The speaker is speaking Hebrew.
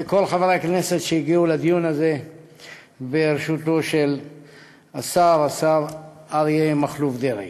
ולכל חברי הכנסת שהגיעו לדיון הזה בראשותו של השר אריה מכלוף דרעי.